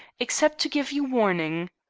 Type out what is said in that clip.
except to give you warning.